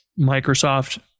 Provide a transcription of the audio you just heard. Microsoft